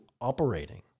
operating